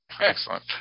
Excellent